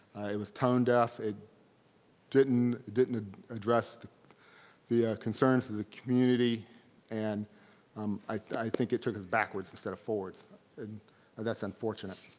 it was tone deaf, it didn't didn't ah address the the concerns of the community and um i think it took us backwards instead of forwards and that's unfortunate.